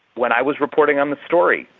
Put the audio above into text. when i was reporting on the story,